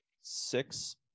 six